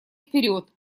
вперед